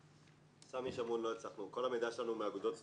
כל המידע שלנו מאגודות סטודנטים.